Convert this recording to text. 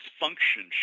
function